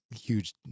huge